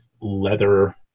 leather